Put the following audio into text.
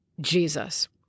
Jesus